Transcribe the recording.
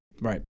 Right